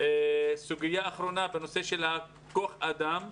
סוגיה אחרונה בנושא של כוח אדם.